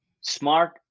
smart